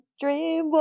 Dream